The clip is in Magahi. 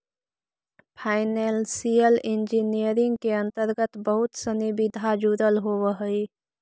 फाइनेंशियल इंजीनियरिंग के अंतर्गत बहुत सनि विधा जुडल होवऽ हई